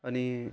अनि